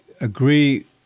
agree